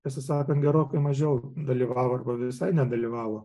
tiesą sakant gerokai mažiau dalyvavo arba visai nedalyvavo